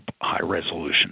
high-resolution